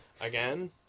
again